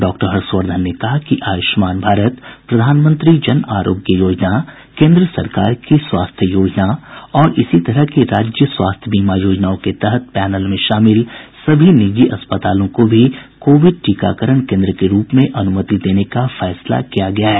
doctor Harshvardhan ने कहा कि आयुष्मान भारत प्रधानमंत्री जन आरोग्य योजना केंद्र सरकार की स्वास्थ्य योजना और इसी तरह की राज्य स्वास्थ्य बीमा योजनाओं के तहत पैनल में शामिल सभी निजी अस्पतालों को भी कोविड टीकाकरण केंद्र के रूप में अनुमति देने का फैसला किया गया है